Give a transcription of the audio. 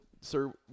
Sir